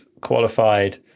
qualified